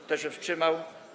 Kto się wstrzymał?